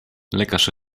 lekarz